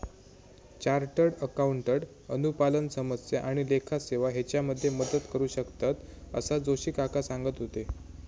chartered accountant अनुपालन समस्या आणि लेखा सेवा हेच्यामध्ये मदत करू शकतंत, असा जोशी काका सांगत होते